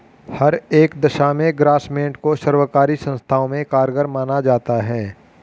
हर एक दशा में ग्रास्मेंट को सर्वकारी संस्थाओं में कारगर माना जाता है